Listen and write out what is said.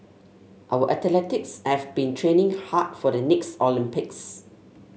our athletes have been training hard for the next Olympics